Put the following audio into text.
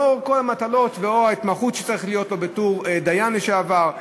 לאור כל המטלות ולאור ההתמחות שצריכה להיות לו בתור דיין לשעבר,